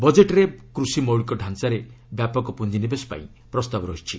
ବଜେଟ୍ରେ କୃଷି ମୌଳିକ ତାଞ୍ଚାରେ ବ୍ୟାପକ ପୁଞ୍ଜିନିବେଶ ପାଇଁ ପ୍ରସ୍ତାବ ରହିଛି